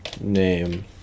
Name